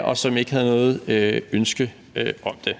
og som ikke havde noget ønske om det.